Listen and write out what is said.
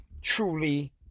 truly